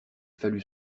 fallut